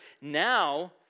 Now